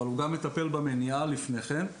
אבל הוא גם מטפל במניעה לפני כן.